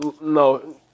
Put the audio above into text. No